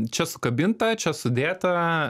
čia sukabinta čia sudėta